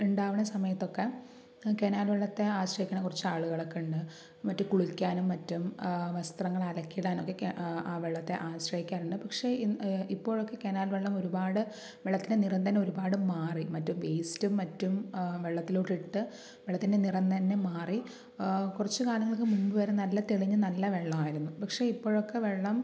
ഉണ്ടാവണ സമയത്തൊക്കെ കനാൽ വെള്ളത്തെ ആശ്രയിക്കണ കുറച്ച് ആളുകളൊക്കെ ഉണ്ട് മറ്റ് കുളിക്കാനും മറ്റും വസ്ത്രങ്ങള് അലക്കിയിടാനൊക്കെ ആ വെള്ളത്തെ ആശ്രയിക്കാറുണ്ട് പക്ഷെ ഇപ്പോഴൊക്കെ കനാൽ വെള്ളം ഒരുപാട് വെള്ളത്തിൻ്റെ നിറം തന്നെ ഒരുപാട് മാറി മറ്റ് വേസ്റ്റും മറ്റും വെള്ളത്തിലോട്ടിട്ട് വെള്ളത്തിൻ്റെ നിറം തന്നെ മാറി കുറച്ച് കാലങ്ങൾക്ക് മുൻപ് വരെ നല്ല തെളിഞ്ഞ നല്ല വെള്ളമായിരുന്നു പക്ഷെ ഇപ്പോഴൊക്കെ വെള്ളം